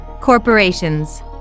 Corporations